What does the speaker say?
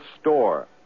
store